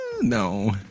No